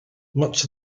much